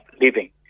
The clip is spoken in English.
living